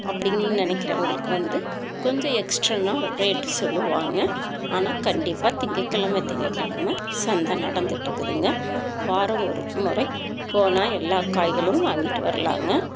அப்படின்னு நினைக்கிறவுங்களுக்கு வந்து கொஞ்சம் எக்ஸ்டன்னா ரேட் சொல்லுவாங்கள் ஆனால் கண்டிப்பாக திங்கக்கிழம திங்கக்கிழம சந்தை நடந்துட்டிருக்குதுங்க வாரம் ஒரு முறை போனால் எல்லாம் காய்களும் வாங்கிட்டு வர்லாங்க